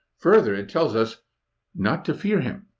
further, it tells us not to fear him.